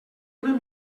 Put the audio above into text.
una